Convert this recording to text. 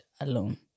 alone